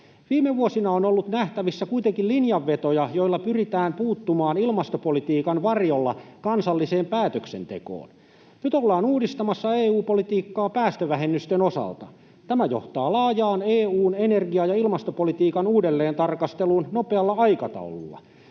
Viime vuosina on ollut nähtävissä kuitenkin linjanvetoja, joilla pyritään puuttumaan ilmastopolitiikan varjolla kansalliseen päätöksentekoon. Nyt ollaan uudistamassa EU-politiikkaa päästövähennysten osalta. Tämä johtaa laajaan EU:n energia- ja ilmastopolitiikan uudelleentarkasteluun nopealla aikataululla.